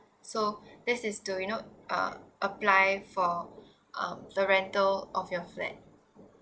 so this is to you know uh apply for um the rental of your flat